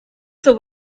zur